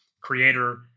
creator